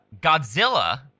Godzilla